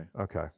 Okay